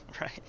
Right